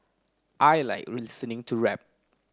I like listening to rap